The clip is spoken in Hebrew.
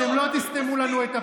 אתם לא תסתמו לנו את הפה,